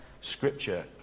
Scripture